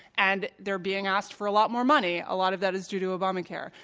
and they're being asked for a lot more money. a lot of that is due to obamacare.